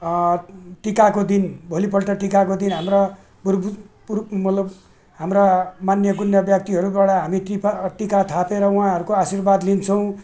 टिकाको दिन भोलिपल्ट टिकाको दिन हाम्रा भूतपूज पूर्व मतलब हाम्रा मान्यगुण्य व्यक्तिहरूबाट हामी टिपा टिका थापेर उहाँहरूको आशीर्वाद लिन्छौँ